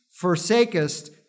forsakest